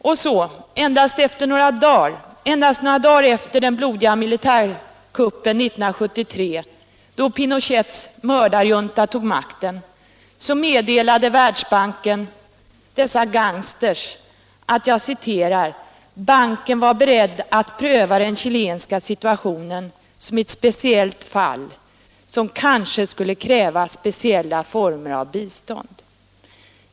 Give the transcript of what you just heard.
Och så, endast några dagar efter den blodiga militärkuppen 1973 då Pinochets mördarjunta tog makten, meddelade Världsbanken dessa gangsters att ”banken var beredd att pröva den chilenska situationen som ett speciellt fall som kanske skulle kräva speciella former av bistånd”.